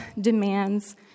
demands